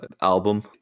album